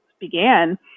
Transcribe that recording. began